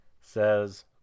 says